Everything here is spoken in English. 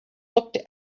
looked